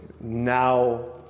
now